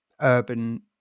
urban